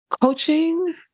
coaching